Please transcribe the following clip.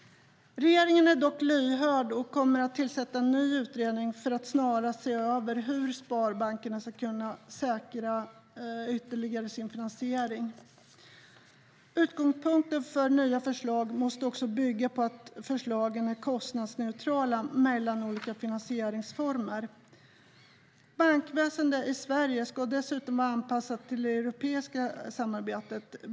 Regeringen är dock lyhörd och kommer att tillsätta en ny utredning för att snarast se över hur sparbankerna ytterligare ska kunna säkra sin finansiering. Utgångspunkten för nya förslag måste bygga på att förslagen är kostnadsneutrala mellan olika finansieringsformer. Bankväsendet i Sverige ska dessutom vara anpassat till det europeiska samarbetet.